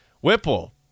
Whipple